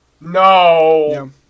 No